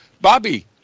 bobby